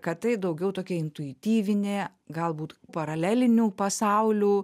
kad tai daugiau tokia intuityvinė galbūt paralelinių pasaulių